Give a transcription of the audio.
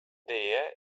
dea